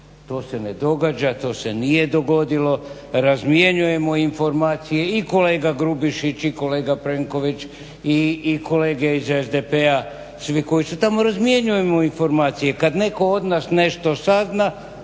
To se ne događa, to se nije dogodilo. Razmjenjujemo informacije i kolega Grubišić i kolega Plenković i kolege iz SDP-a, svi koji su tamo razmjenjujemo informacije i kad netko od nas nešto sazna